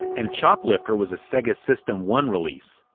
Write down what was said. and choplifter was a sega system one release,